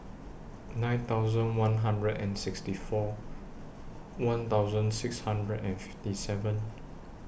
nine thousand one hundred and sixty four one thousand six hundred and fifty seven